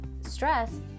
Stress